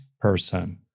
person